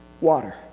water